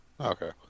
okay